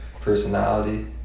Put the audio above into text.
personality